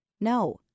No